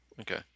okay